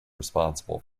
responsible